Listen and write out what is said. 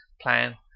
plan